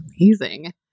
Amazing